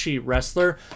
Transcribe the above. wrestler